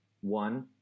One